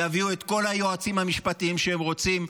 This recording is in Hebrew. יביאו את כל היועצים המשפטיים שהם רוצים,